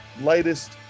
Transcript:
latest